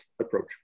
approach